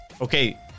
okay